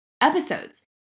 episodes